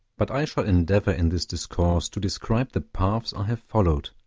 but i shall endeavor in this discourse to describe the paths i have followed,